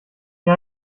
mir